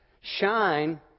shine